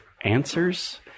answers